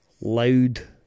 loud